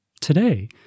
Today